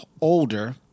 Older